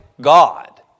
God